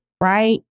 right